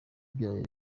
byayo